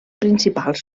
principals